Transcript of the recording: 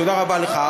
תודה רבה לך.